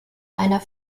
einer